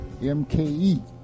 mke